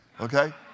okay